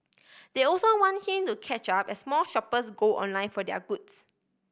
they also want him to catch up as more shoppers go online for their goods